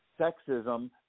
sexism